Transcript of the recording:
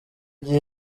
gihe